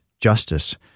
justice